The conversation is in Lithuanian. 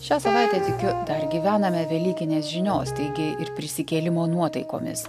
šią savaitę tikiu dar gyvename velykinės žinios taigi ir prisikėlimo nuotaikomis